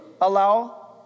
allow